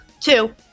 Two